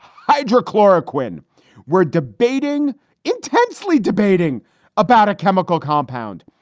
hydrochloric when we're debating intensely debating about a chemical compound.